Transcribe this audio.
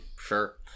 Sure